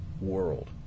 world